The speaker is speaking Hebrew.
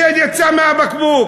השד יצא מהבקבוק.